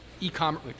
e-commerce